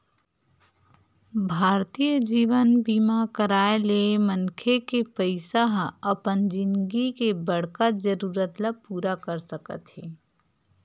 भारतीय जीवन बीमा कराय ले मनखे के पइसा ह अपन जिनगी के बड़का जरूरत ल पूरा कर सकत हे